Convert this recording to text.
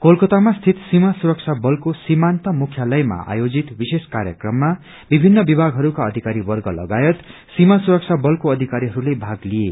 कोकातामा स्थित सीमा सुरस्रा बलको सीमान्त मुख्यालयमा आयोजित विशेष कार्यक्रममा विभिन्न विभागहरूका अधिकारी वर्ग लागायत सीामा सुरक्षा बलको अधिकारीहरूले भ्य लिए